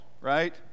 right